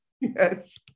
Yes